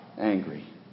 angry